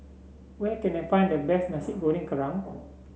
where can I find the best Nasi Goreng Kerang